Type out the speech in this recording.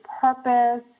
purpose